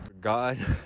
god